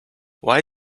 why